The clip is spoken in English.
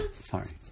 Sorry